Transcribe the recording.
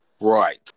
right